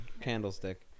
candlestick